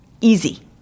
easy